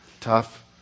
tough